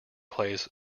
plays